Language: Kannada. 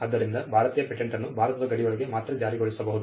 ಆದ್ದರಿಂದ ಭಾರತೀಯ ಪೇಟೆಂಟ್ ಅನ್ನು ಭಾರತದ ಗಡಿಯೊಳಗೆ ಮಾತ್ರ ಜಾರಿಗೊಳಿಸಬಹುದು